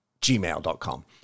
gmail.com